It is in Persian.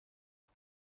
فوق